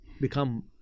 become